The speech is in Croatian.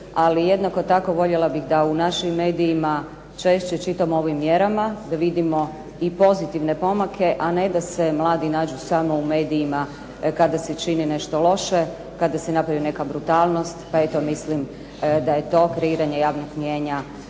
ali jednako tako voljela bih da u našim medijima češće čitamo o ovim mjerama, da vidimo i pozitivne pomake, a ne da se mladi nađu samo u medijima kada se čini nešto loše, kada se napravi neka brutalnost. Pa eto mislim da je to kreiranje javnog mijenja